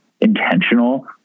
intentional